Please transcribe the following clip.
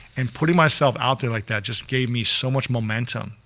and putting myself out there like that just gave me so much momentum,